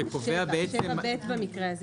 שקובע בעצם --- 7(ב) במקרה הזה.